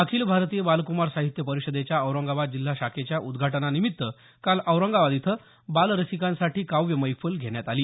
अखिल भारतीय बालक्रमार साहित्य परिषदेच्या औरंगाबाद जिल्हा शाखेच्या उद्घाटनानिमित्त काल औरंगाबाद इथं बालरसिकांसाठी काव्यमैफल घेण्यात आली